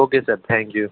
okay sir thank you